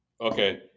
okay